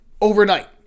overnight